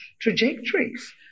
trajectories